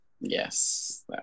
Yes